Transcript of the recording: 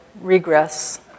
regress